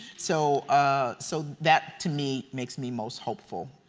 so ah so that to me makes me most hopeful.